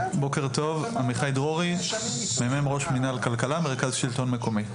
בוקר טוב עמיחי דרורי מ"מ ראש מינהל כלכלה מרכז שלטון מקומי,